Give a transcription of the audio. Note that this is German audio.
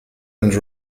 and